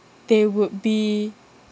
they would be